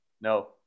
No